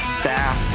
staff